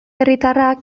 herritarrak